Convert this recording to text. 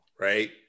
right